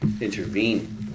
intervene